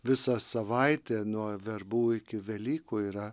visa savaitė nuo verbų iki velykų yra